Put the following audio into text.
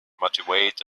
motivate